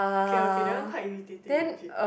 okay okay that one quite irritating legit